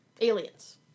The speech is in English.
Aliens